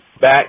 back